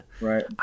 right